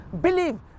believe